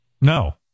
No